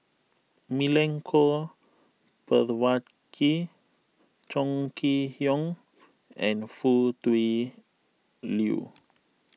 Milenko Prvacki Chong Kee Hiong and Foo Tui Liew